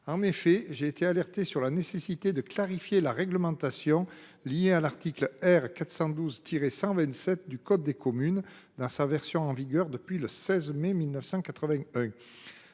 J’ai été alerté sur la nécessité de clarifier la réglementation liée à l’article R. 412 127 du code des communes dans sa version en vigueur depuis le 16 mai 1981.